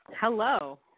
Hello